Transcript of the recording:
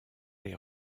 les